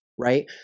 Right